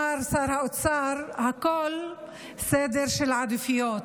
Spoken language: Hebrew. הכול סדר עדיפויות,